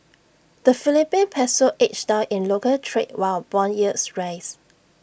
the Philippine Peso edged down in local trade while Bond yields rose